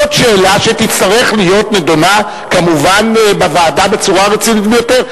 זו שאלה שכמובן תצטרך להיות נדונה בוועדה בצורה רצינית ביותר.